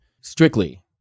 strictly